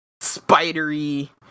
spidery